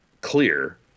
clear